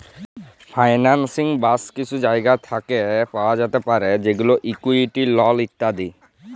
ফাইলালসিং ব্যাশ কিছু জায়গা থ্যাকে পাওয়া যাতে পারে যেমল ইকুইটি, লল ইত্যাদি